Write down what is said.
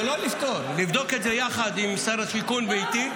לא לפתור, נבדוק את זה יחד עם שר השיכון ואיתי.